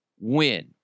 win